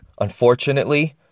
unfortunately